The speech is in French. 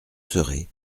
serez